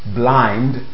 blind